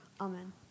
amen